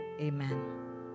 Amen